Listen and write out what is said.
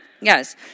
Yes